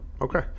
Okay